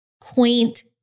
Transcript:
quaint